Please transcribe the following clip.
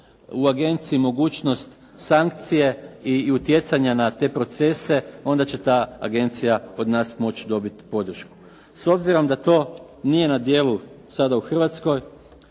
u Agenciji mogućnost sankcije i utjecanja na te procese onda će ta agencija od nas moći dobiti podršku. S obzirom da to nije sada na djelu u Hrvatskoj,